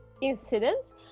incidents